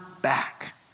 back